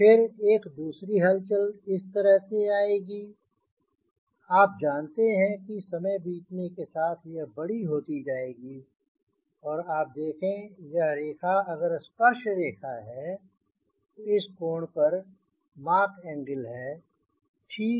फिर एक दूसरी हलचल इस तरह से आएगी आप जानते हैं कि समय बीतने के साथ यह बड़ी होती जाएगी और आप देखें यह रेखा अगर स्पर्श रेखा है तो इस कोण पर मॉक एंगल है ठीक